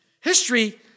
history